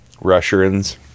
Russians